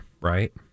right